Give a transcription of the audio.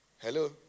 Hello